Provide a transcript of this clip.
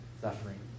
suffering